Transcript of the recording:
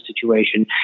situation